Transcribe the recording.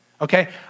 okay